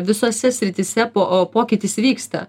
visose srityse po pokytis vyksta